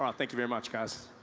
um thank you very much guys.